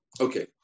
Okay